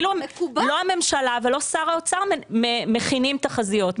לא הממשלה ולא שר האוצר מכינים תחזיות,